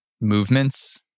movements